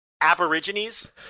Aborigines